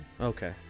Okay